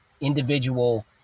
individual